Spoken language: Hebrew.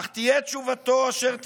אך תהיה תשובתו אשר תהיה,